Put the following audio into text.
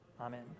Amen